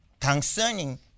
concerning